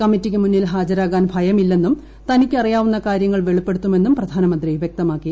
കമ്മറ്റിക്കുമുന്നിൽ ഹാജരാകാൻ ഭയമില്ലെന്നും തനിക്ക് അറിയാവുന്ന കാര്യങ്ങൾ വെളിപ്പെടുത്തുമെന്നും പ്രധാനമന്ത്രി വ്യക്തമാക്കി